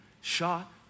shot